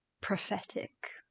prophetic